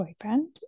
boyfriend